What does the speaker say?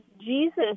jesus